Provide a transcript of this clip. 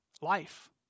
life